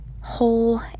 whole